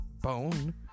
bone